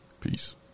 Peace